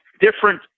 different